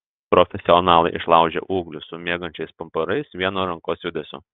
profesionalai išlaužia ūglius su miegančiais pumpurais vienu rankos judesiu